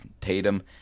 Tatum